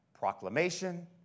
proclamation